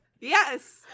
Yes